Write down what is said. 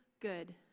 good